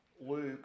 Luke